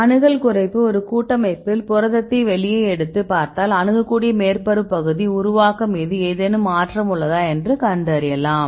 அணுகல் குறைப்பு ஒரு கூட்டமைப்பில் புரதத்தை வெளியே எடுத்து பார்த்தால் அணுகக்கூடிய மேற்பரப்பு பகுதி உருவாக்கம் மீது ஏதேனும் மாற்றம் உள்ளதா என்று கண்டறியலாம்